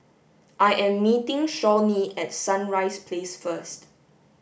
I am meeting Shawnee at Sunrise Place first